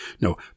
No